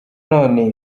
none